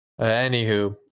Anywho